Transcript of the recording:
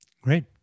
Great